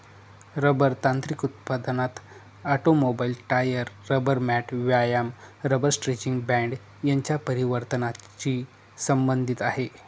rubber तांत्रिक उत्पादनात automobile, tyre, rubber mat, व्यायाम रबर स्ट्रेचिंग बँड यांच्या परिवर्तनाची संबंधित आहे